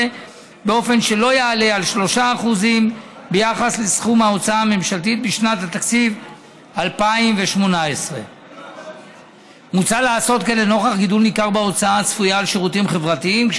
באופן שלא יעלה על 3% ביחס לסכום ההוצאה הממשלתית בשנת התקציב 2018. מוצע לעשות כן נוכח גידול ניכר בהוצאה הצפויה על שירותים חברתיים.